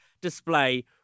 display